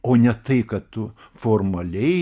o ne tai kad tu formaliai